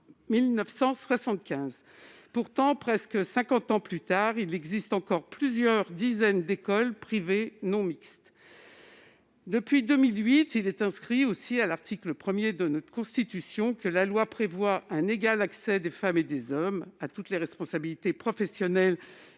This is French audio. loi Haby. Pourtant, presque cinquante ans plus tard, il existe encore plusieurs dizaines d'écoles privées non mixtes. Depuis 2008, il est inscrit à l'article 1 de notre Constitution que la loi prévoit un égal accès des femmes et des hommes à toutes les responsabilités professionnelles